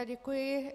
Děkuji.